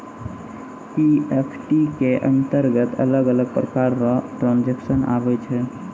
EFT के अंतरगत अलग अलग प्रकार रो ट्रांजेक्शन आवै छै